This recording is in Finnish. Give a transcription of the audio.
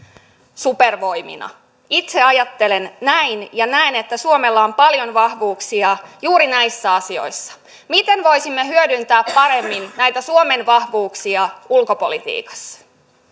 supervoimina itse ajattelen näin ja näen että suomella on paljon vahvuuksia juuri näissä asioissa miten voisimme hyödyntää paremmin näitä suomen vahvuuksia ulkopolitiikassa